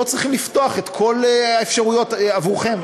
לא צריכים לפתוח את כל האפשרויות בעבורכם.